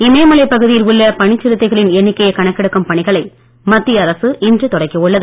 இமயமலைப் பகுதியில் பனிச் சிறுத்தைகளின் உள்ள எண்ணிக்கையை கணக்கெடுக்கும் பணிகளை மத்திய அரசு இன்று தொடக்கியுள்ளது